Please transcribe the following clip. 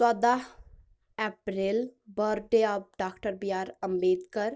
ژۄداہ April birthday of doctor B R Ambedkar